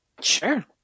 Sure